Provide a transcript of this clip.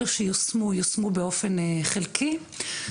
אלה שיושמו-יושמו באופן חלקי.